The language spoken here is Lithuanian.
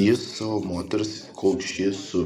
jis savo moters kol ši su